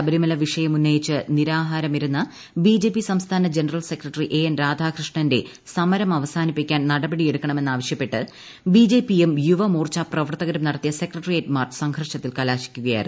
ശബരിമല വിഷയം ഉന്നയിച്ച് നിരാഹാരമിരുന്ന ബിജെപി സംസ്ഥാന ജനറൽ സെക്രട്ടറി എ എൻ രാധാകൃഷ്ണന്റെ സമരം അവസാനിപ്പിക്കാൻ നടപടിയെടുക്കണമെന്ന് ആവശ്യപ്പെട്ട് ബിജെപിയും യുവമോർച്ച പ്രവർത്തകരും നടത്തിയ സെക്രട്ടേറിയേറ്റ് മാർച്ച് സംഘർഷത്തിൽ കലാശിക്കുകയായിരുന്നു